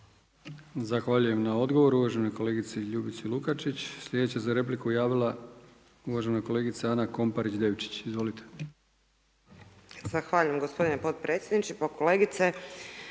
Zahvaljujem na odgovoru uvaženoj kolegici Ljubici Lukačić. Sljedeća se za repliku javila uvažena kolegica Ana Komparić Devčić. Izvolite. **Komparić Devčić, Ana (SDP)** Zahvaljujem gospodine potpredsjedniče. Pa kolegice